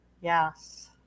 Yes